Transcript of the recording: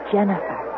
Jennifer